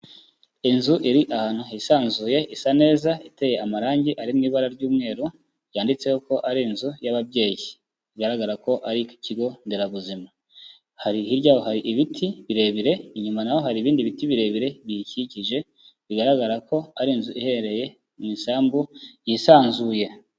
Inzu iri ahantu hisanzuye isa neza iteye amarangi ari mu ibara ry'umweru, yanditseho ko ari inzu y'ababyeyi, bigaragara ko ari ku kigo nderabuzima, hari hirya yaho hari ibiti birebire, inyuma naho hari ibindi biti birebire biyikikije, bigaragara ko ari inzu iherereye mu isambu yisanzuye.